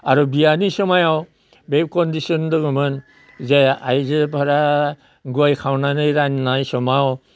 आरो बियानि सोमायाव बे कनडिसन दोङोमोन जे आइजोफोरा गय खावनानै राननाय समाव